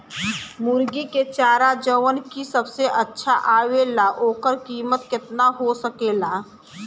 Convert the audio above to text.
मुर्गी के चारा जवन की सबसे अच्छा आवेला ओकर कीमत केतना हो सकेला?